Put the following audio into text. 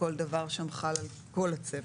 שכל דבר שם חל על כל הצוות.